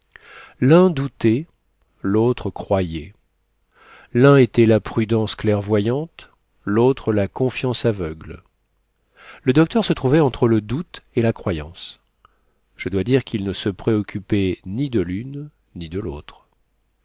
l'un doutait l'autre croyait l'un était la prudence clairvoyante l'autre la confiance aveugle le docteur se trouvait entre le doute et la croyance je dois dire qu'il ne se préoccupait ni de l'une ni de l'autre